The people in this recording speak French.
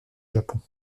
japon